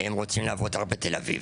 הם רוצים לעבוד רק בתל אביב.